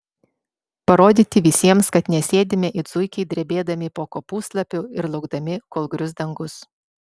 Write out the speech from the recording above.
parodyti visiems kad nesėdime it zuikiai drebėdami po kopūstlapiu ir laukdami kol grius dangus